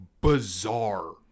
bizarre